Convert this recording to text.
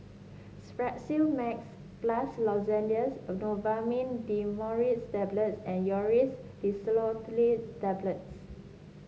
Strepsils Max Plus Lozenges Novomin Dimenhydrinate Tablets and Aerius DesloratadineTablets